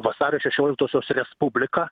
vasario šešioliktosios respublika